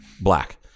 black